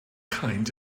kind